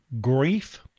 grief